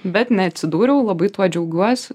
bet neatsidūriau labai tuo džiaugiuos